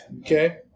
Okay